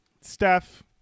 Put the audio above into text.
Steph